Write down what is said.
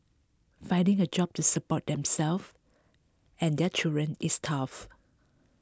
finding a job to support themselves and their children is tough